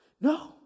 no